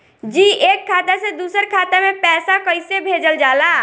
जी एक खाता से दूसर खाता में पैसा कइसे भेजल जाला?